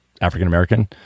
African-American